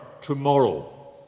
tomorrow